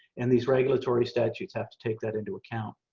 and these regulatory statutes have to take that into account.